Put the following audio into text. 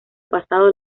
pasado